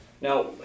Now